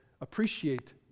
appreciate